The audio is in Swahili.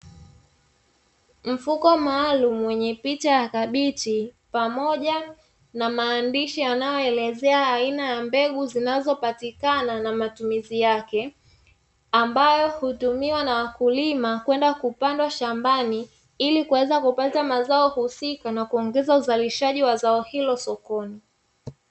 Mfuko maalumu wenye picha ya kabichi pamoja na maandishi yanayoelezea aina ya mbegu zinazopatikana na matumizi yake, ambayo hutumiwa na wakulima kwenda kupanda shambani ili kuweza kupata mazao husika na kuongeza uzalishaji wa zao hilo sokoni.